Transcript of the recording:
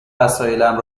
وسایلم